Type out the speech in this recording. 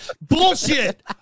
Bullshit